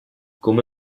come